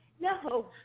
No